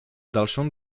dalszą